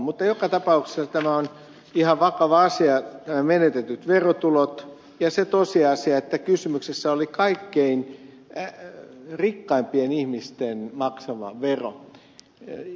mutta joka tapauksessa tämä on ihan vakava asia menetetyt verotulot ja se tosiasia että kysymyksessä oli kaikkein rikkaimpien ihmisten maksama vero